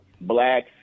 blacks